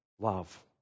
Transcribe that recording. Love